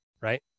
right